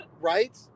right